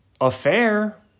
affair